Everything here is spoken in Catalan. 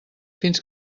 fins